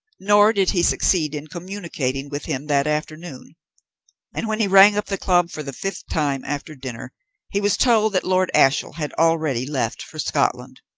nor did he succeed in communicating with him that afternoon and when he rang up the club for the fifth time after dinner he was told that lord ashiel had already left for scotland.